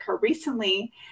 recently